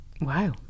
Wow